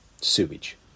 Sewage